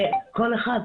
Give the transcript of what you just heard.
כל אחד,